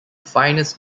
finest